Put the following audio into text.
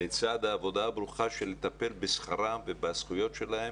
לצד העבודה הברוכה של לטפל בשכרם ובזכויות שלהם,